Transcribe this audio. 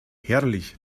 herrlich